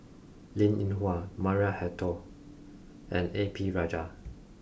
Linn In Hua Maria Hertogh and A P Rajah